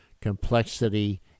complexity